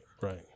right